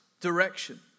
direction